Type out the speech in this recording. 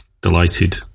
delighted